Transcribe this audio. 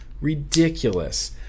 ridiculous